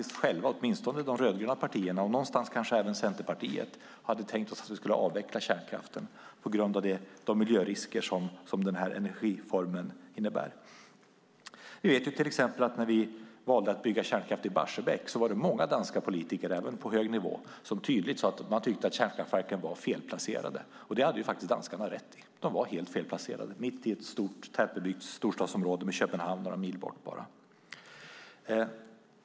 Vi hade själva, åtminstone de rödgröna partierna och någonstans kanske även Centerpartiet, tänkt oss att vi skulle avveckla kärnkraften med de miljörisker som den energiformen innebär. Vi vet till exempel att när vi valde att bygga kärnkraftverk i Barsebäck var det många danska politiker även på hög nivå som tydligt sade att de tyckte att kärnkraftverken var felplacerade. Det hade danskarna rätt i. De var helt felplacerade mitt i ett stort tätbebyggt storstadsområde med Köpenhamn bara några mil bort.